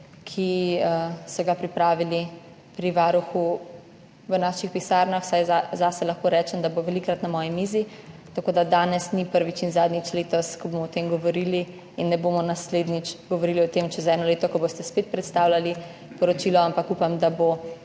ki so ga pripravili pri Varuhu, v naših pisarnah, vsaj zase lahko rečem, da bo velikokrat na moji mizi. Tako da danes ni prvič in zadnjič letos, ko bomo o tem govorili, in ne bomo naslednjič govorili o tem čez eno leto, ko boste spet predstavljali poročilo, ampak upam, da bodo